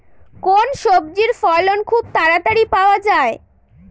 কোন সবজির ফলন খুব তাড়াতাড়ি পাওয়া যায়?